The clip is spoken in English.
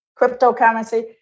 cryptocurrency